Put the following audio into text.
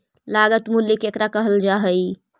लागत मूल्य केकरा कहल जा हइ?